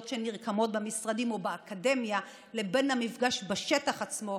שנרקמות במשרדים או באקדמיה לבין המפגש בשטח עצמו,